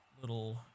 Little